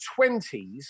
20s